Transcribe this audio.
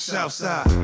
Southside